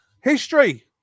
History